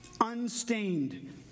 unstained